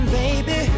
baby